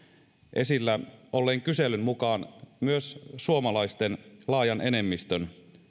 esillä olleen kyselyn mukaan myös suomalaisten laajan enemmistön